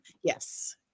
Yes